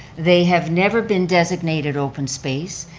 they have never been designated open space,